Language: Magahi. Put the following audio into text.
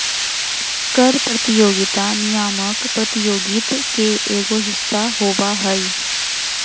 कर प्रतियोगिता नियामक प्रतियोगित के एगो हिस्सा होबा हइ